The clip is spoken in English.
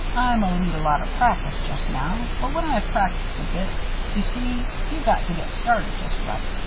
i'm a leetle out of practice just now but when i've practiced a bit you see, you got to get started just right.